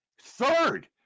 third